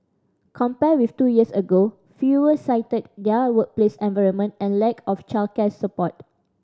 compared with two years ago fewer cited their workplace environment and lack of childcare support